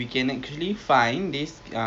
tramp punya trail then we just macam